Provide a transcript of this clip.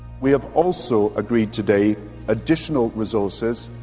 we have also agreed today additional resources.